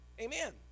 Amen